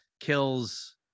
kills